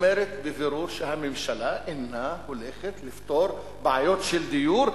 אומרת בפירוש שהממשלה לא הולכת לפתור בעיות של דיור,